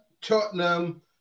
Tottenham